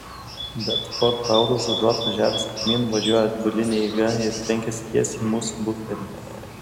bet ford taurus užuot važiavęs pirmyn važiuoja atbuline eiga ir trenkiasi tiesiai į mūsų buferį